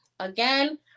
Again